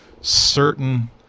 certain